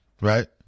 right